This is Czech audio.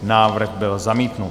Návrh byl zamítnut.